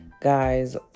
guys